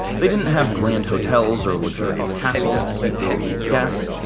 they didn't have grand hotels or luxurious castles to keep their elite guests,